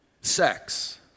sex